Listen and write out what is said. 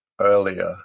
earlier